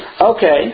Okay